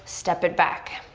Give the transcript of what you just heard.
step it back.